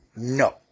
No